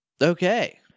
Okay